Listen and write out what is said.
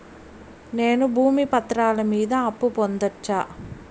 నేను భూమి పత్రాల మీద అప్పు పొందొచ్చా?